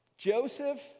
Joseph